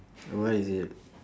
oh what is it